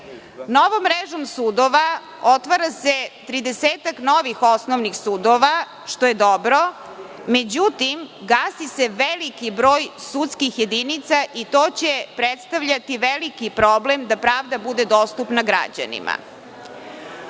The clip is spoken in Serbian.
mrežom sudova otvara se tridesetak novih osnovnih sudova, što je dobro, međutim, gasi se veliki broj sudskih jedinica i to će predstavljati veliki problem da pravda bude dostupna građanima. Evo,